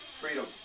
freedom